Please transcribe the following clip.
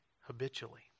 habitually